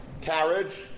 carriage